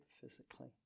physically